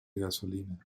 gasolina